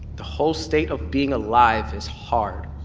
the whole state of being alive is hard.